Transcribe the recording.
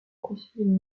conseiller